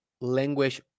language